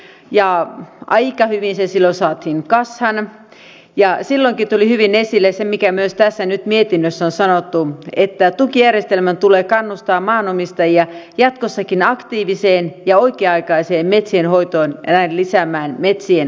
aika hyvin se silloin saatiin kasaan ja silloinkin tuli hyvin esille se mikä myös tässä mietinnössä on nyt sanottu että tukijärjestelmän tulee kannustaa maanomistajia jatkossakin aktiiviseen ja oikea aikaiseen metsien hoitoon ja näin lisäämään metsien kasvua